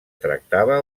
tractava